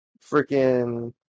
freaking